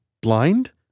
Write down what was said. blind